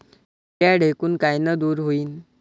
पिढ्या ढेकूण कायनं दूर होईन?